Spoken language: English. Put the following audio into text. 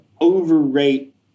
overrate